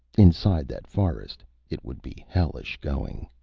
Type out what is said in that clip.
inside that forest, it would be hellish going.